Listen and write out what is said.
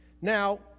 Now